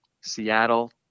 Seattle